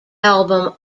album